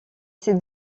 c’est